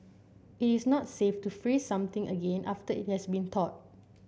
it is not safe to freeze something again after it has been thawed